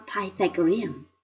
Pythagorean